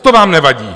To vám nevadí.